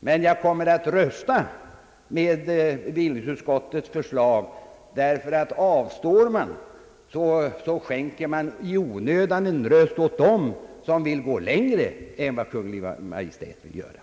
Men jag kommer att rösta för utskottets förslag — avstår man ger man nämligen i nödan ett stöd åt dem som vill gå längre än Kungl. Maj:t på detta område.